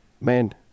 Man